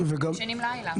הם ישנים לילה.